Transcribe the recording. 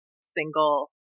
single